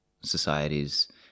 societies